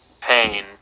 pain